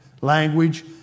language